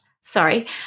sorry